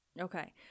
okay